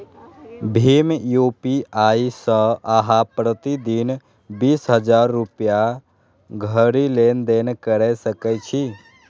भीम UPI सं अहां प्रति दिन बीस हजार रुपैया धरि लेनदेन कैर सकै छी